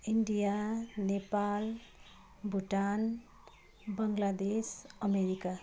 India Nepal Bhutan Bangladesh America